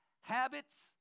habits